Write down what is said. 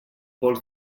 pols